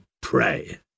pray